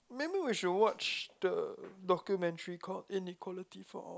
maybe we should watch the documentary called inequality for all